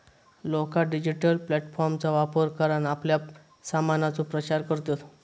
लोका डिजिटल प्लॅटफॉर्मचा वापर करान आपल्या सामानाचो प्रचार करतत